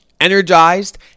energized